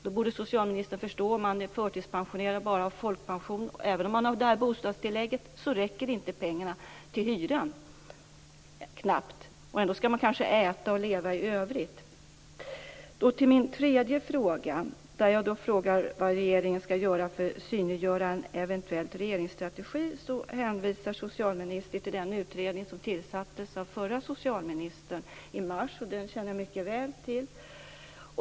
Då borde socialministern förstå att om man är förtidspensionerad och bara har folkpension så är det knappt att pengarna räcker till hyran - även om har det här bostadstillägget. Ändå skall man äta och leva i övrigt. I min tredje fråga undrar jag vad regeringen skall göra för att synliggöra en eventuell regeringsstrategi. Där hänvisar socialministern till den utredning som tillsattes av den förra socialministern i mars. Den känner jag mycket väl till.